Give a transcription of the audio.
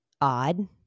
odd